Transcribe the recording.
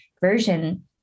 version